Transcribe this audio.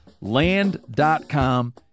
Land.com